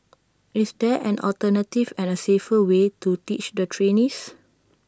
is there an alternative and A safer way to teach the trainees